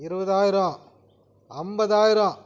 இருவதாயிரம் அம்பதாயிரம்